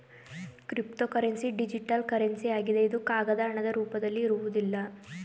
cryptocurrency digital currency ಆಗಿದೆ ಇದು ಕಾಗದ ಹಣದ ರೂಪದಲ್ಲಿ ಇರುವುದಿಲ್ಲ